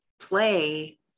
play